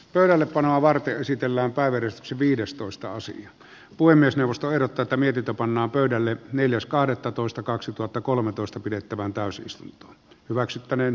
pöydällepanoa varten esitellään päivä viidestoista osin puhemiesneuvosto ei tätä mietitä pannaan pöydälle neljäs kahdettatoista kaksituhattakolmetoista pidettävään täysistunto hyväksyttäneen